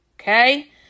Okay